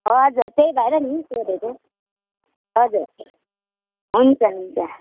हजुर त्यही भएर नि सोधेको हजुर हुन्छ हुन्छ